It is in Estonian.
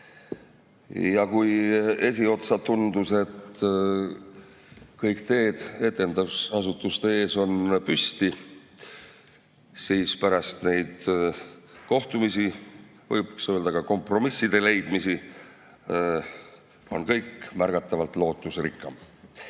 Kui esiotsa tundus, et kõik teed etendusasutuste ees on püsti, siis pärast neid kohtumisi – võib öelda ka, et kompromisside leidmisi – on kõik märgatavalt